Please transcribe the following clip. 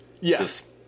Yes